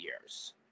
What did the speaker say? years